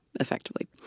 effectively